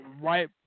right